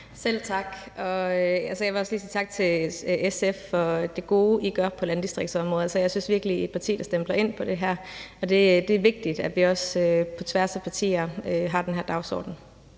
Selv tak. Og jeg vil også lige sige tak til SF for det gode, I gør på landdistriktsområdet. Jeg synes virkelig, I er et parti, der stempler ind på det her område, og det er vigtigt, at vi også på tværs af partier har den her dagsorden.